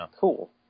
cool